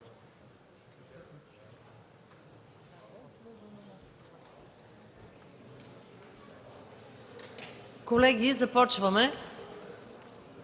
Колеги, започваме